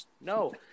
no